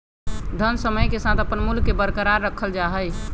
धन समय के साथ अपन मूल्य के बरकरार रखल जा हई